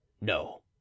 No